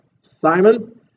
Simon